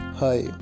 Hi